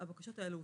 והבקשות האלה אושרו.